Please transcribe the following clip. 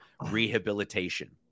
rehabilitation